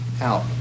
out